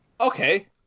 okay